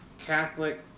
catholic